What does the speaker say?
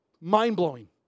mind-blowing